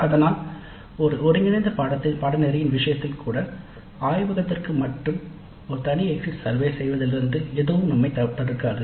அதனால் ஒரு ஒருங்கிணைந்த பாடநெறியின் விஷயத்தில் கூட ஆய்வகத்திற்கு மட்டும் ஒரு தனி எக்ஸிட் சர்வே செய்வதிலிருந்து எதுவும் நம்மைத் தடுக்காது